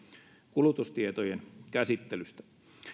kulutustietojen käsittelystä